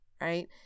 right